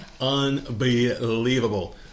Unbelievable